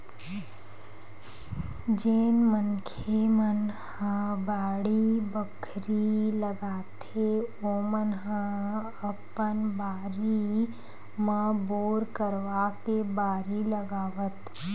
जेन मनखे मन ह बाड़ी बखरी लगाथे ओमन ह अपन बारी म बोर करवाके बारी लगावत